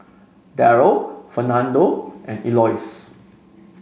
Darrel Fernando and Elois